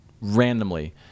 randomly